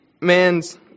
man's